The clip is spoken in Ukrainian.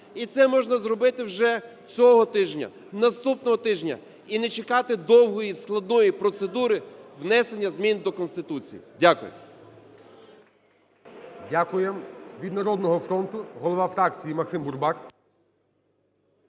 І це можна зробити вже цього тижня, наступного тижня і не чекати довгої складної процедури внесення змін до Конституції. Дякую. ГОЛОВУЮЧИЙ. Дякуємо. Від "Народного фронту" голова фракції Максим Бурбак.